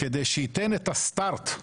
כדי שייתן את ה-start.